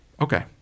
Okay